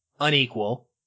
unequal